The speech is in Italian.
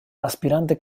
aspirante